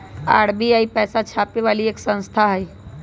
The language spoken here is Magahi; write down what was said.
आर.बी.आई पैसा छापे वाली एक संस्था हई